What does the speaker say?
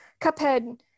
Cuphead